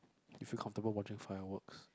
you feel comfortable watching fireworks